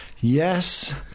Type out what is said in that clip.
Yes